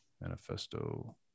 Manifesto